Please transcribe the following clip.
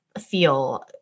feel